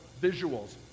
visuals